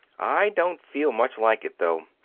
i don't feel much like it, though.